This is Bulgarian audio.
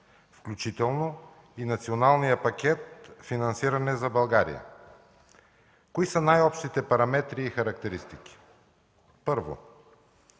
включително и националния пакет финансиране за България. Кои са най-общите параметри и характеристики? Първо,